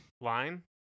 Line